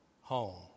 home